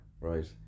Right